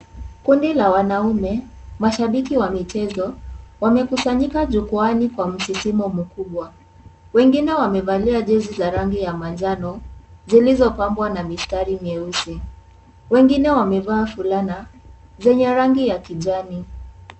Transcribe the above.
Kundi la wanaume mashabiki wa michezo wamekusanyika jukwaani kwa msisimo mkubwa. Wengine wamevalia jezi za rangi ya manjano zilizopambwa na mistari nyeusi. Wengine wamevaa fulana zenye rangi ya kijani.